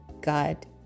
God